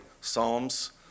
Psalms